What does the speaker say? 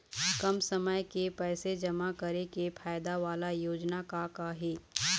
कम समय के पैसे जमा करे के फायदा वाला योजना का का हे?